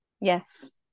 yes